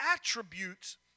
attributes